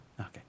Okay